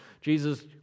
Jesus